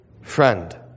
Friend